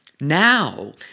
now